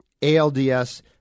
ALDS